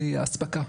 ומקטע האספקה.